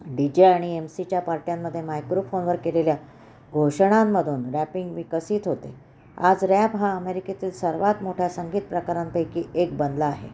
D J आणि M सीच्या पार्ट्यांमध्ये मायक्रोफोनवर केलेल्या घोषणांमधून रॅपिंग विकसित होते आज रॅप हा अमेरिकेतील सर्वात मोठ्या संगीत प्रकारांपैकी एक बनला आहे